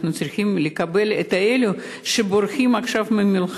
אנחנו צריכים לקבל על שטיח אדום את אלו שבורחים עכשיו ממלחמה,